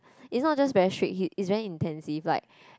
it's not just very strict he is very intensive like